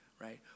right